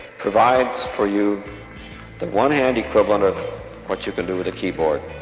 provides for you the one hand equivalent of what you can do with a keyboard